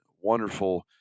wonderful